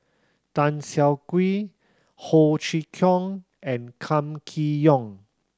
Tan Siah Kwee Ho Chee Kong and Kam Kee Yong